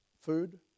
Food